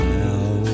now